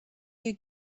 you